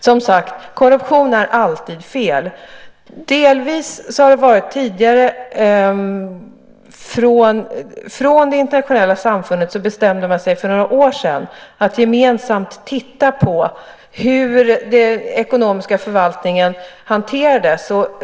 Som sagt: Korruption är alltid fel. Från det internationella samfundet bestämde man sig för några år sedan att gemensamt titta på hur den ekonomiska förvaltningen hanterades.